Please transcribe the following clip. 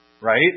right